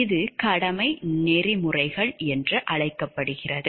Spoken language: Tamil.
இது கடமை நெறிமுறைகள் என்று அழைக்கப்படுகிறது